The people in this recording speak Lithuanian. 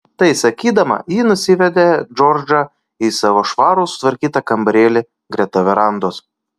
tai sakydama ji nusivedė džordžą į savo švarų sutvarkytą kambarėlį greta verandos